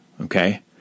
okay